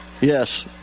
Yes